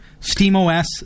SteamOS